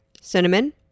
Cinnamon